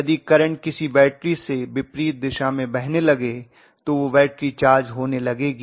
यदि करंट किसी बैटरी में विपरीत दिशा में बहने लगे तो वह बैटरी चार्ज होने लगेगी